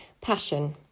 passion